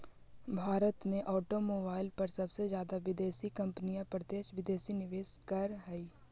भारत में ऑटोमोबाईल पर सबसे जादा विदेशी कंपनियां प्रत्यक्ष विदेशी निवेश करअ हई